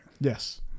Yes